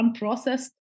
unprocessed